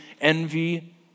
envy